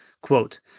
Quote